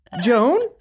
Joan